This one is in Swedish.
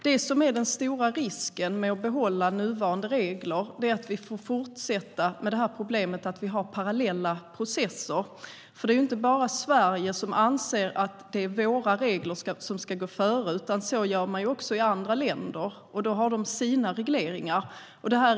Det som är den stora risken med att behålla nuvarande regler är att problemet med att ha parallella processer fortsätter. Det är inte bara vi i Sverige som anser att våra regler ska gå före. Det vill man också i andra länder där man har sina regleringar.